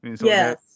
Yes